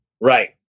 Right